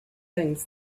things